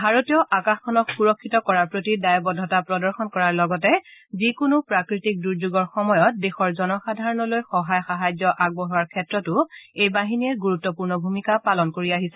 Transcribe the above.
ভাৰতীয় আকাশখনক সুৰক্ষিত কৰাৰ প্ৰতি দায়বদ্ধতা প্ৰদৰ্শন কৰাৰ লগতে যিকোনো প্ৰাকৃতিক দুৰ্যোগৰ সময়ত দেশৰ জনসাধাৰণলৈ সহায় সাহায্য আগবঢ়োৱাৰ ক্ষেত্ৰতো এই বাহিনীয়ে গুৰুত্বপূৰ্ণ ভূমিকা পালন কৰি আহিছে